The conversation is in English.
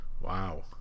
Wow